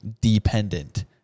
dependent